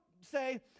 say